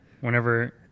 whenever